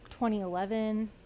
2011